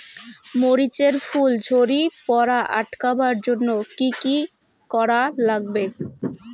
মরিচ এর ফুল ঝড়ি পড়া আটকাবার জইন্যে কি কি করা লাগবে?